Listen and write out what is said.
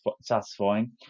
satisfying